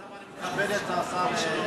אומנם אני מכבד את השר ארדן,